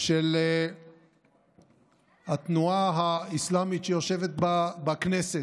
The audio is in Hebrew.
של התנועה האסלאמית שיושבת בכנסת,